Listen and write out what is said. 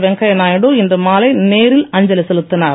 வெங்கையாநாயுடு இன்று மாலை நேரில் அஞ்சலி செலுத்தினார்